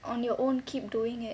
on your own keep doing it